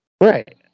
right